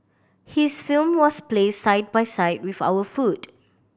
his film was placed side by side with our food